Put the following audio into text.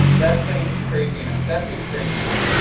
that seems crazy enough, that seems crazy enough,